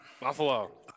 Buffalo